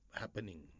happening